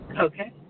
Okay